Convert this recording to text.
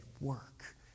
work